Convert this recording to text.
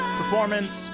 performance